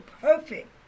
perfect